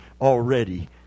already